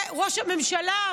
ראש הממשלה,